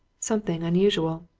something unusual.